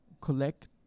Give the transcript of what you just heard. collect